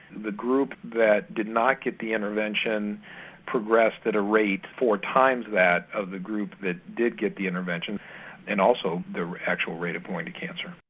the group that did not get the intervention progressed at a rate four times that of the group that did get the intervention and also the actual rate of going to cancer.